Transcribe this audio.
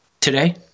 today